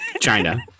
China